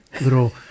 little